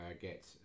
get